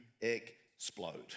explode